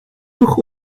toch